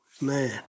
man